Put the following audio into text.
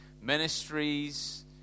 ministries